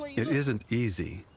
it isn't easy.